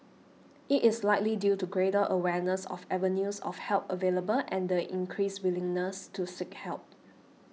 it is likely due to greater awareness of avenues of help available and the increased willingness to seek help